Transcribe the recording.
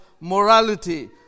morality